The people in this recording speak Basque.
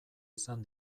izan